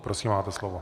Prosím, máte slovo.